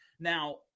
Now